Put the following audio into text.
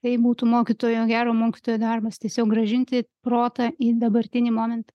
jei būtų mokytojo gero mokytojo darbas tiesiog grąžinti protą į dabartinį momentą